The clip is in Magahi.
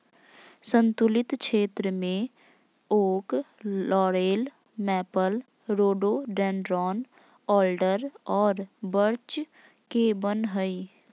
सन्तुलित क्षेत्र में oak, laurel, maple, rhododendron, alder और बर्च के वन हइ